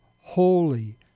holy